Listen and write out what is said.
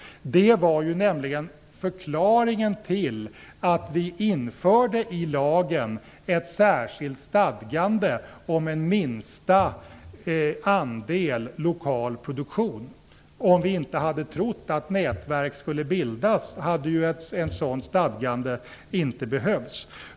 Det var nämligen förklaringen till att vi införde i lagen ett särskilt stadgande om en minsta andel lokal produktion. Om vi inte hade trott att nätverk skulle bildas, hade ju ett sådant stadgande inte behövts.